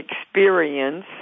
experience